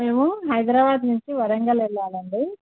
మేము హైదరాబాద్ నుంచి వరంగల్ వెళ్ళాలండి